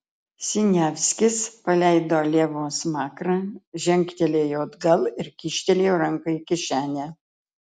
siniavskis paleido levo smakrą žengtelėjo atgal ir kyštelėjo ranką į kišenę